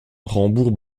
rambourg